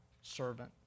servant